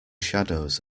shadows